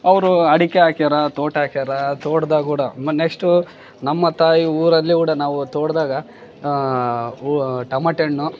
ಅವರು ಅಡಿಕೆ ಹಾಕ್ಯಾರ ತೋಟ ಹಾಕ್ಯಾರ ತೋಟದಾಗೆ ಕೂಡ ಮೊನ್ನೆಷ್ಟು ನಮ್ಮ ತಾಯಿ ಊರಲ್ಲಿ ಉಡ ನಾವು ತೋಟದಾಗ ಹೂ ಟಮಟೆ ಹಣ್ಣು